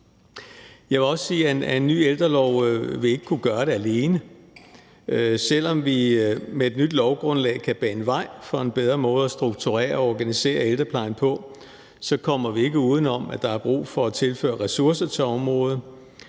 Jeg vil også sige, at en ny ældrelov ikke vil kunne gøre det alene. Selv om vi med et nyt lovgrundlag kan bane vej for en bedre måde at strukturere og organisere ældreplejen på, så kommer vi ikke uden om, at der er brug for at tilføre ressourcer til området.